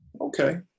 Okay